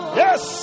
yes